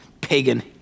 pagan